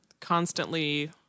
constantly